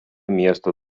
miesto